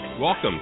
Welcome